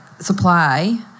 supply